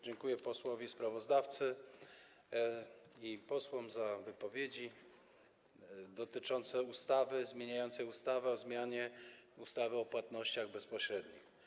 Dziękuję posłowi sprawozdawcy i posłom za wypowiedzi dotyczące ustawy zmieniającej ustawę o zmianie ustawy o płatnościach bezpośrednich.